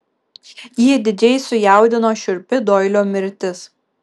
jį didžiai sujaudino šiurpi doilio mirtis